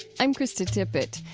i'm krista tippett.